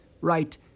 right